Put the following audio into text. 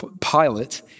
Pilate